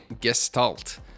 Gestalt